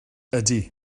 ydy